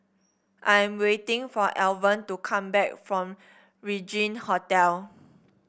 I'm waiting for Alvan to come back from Regin Hotel